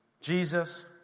Jesus